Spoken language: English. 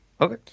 Okay